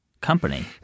company